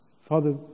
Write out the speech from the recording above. Father